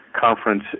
conference